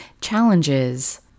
challenges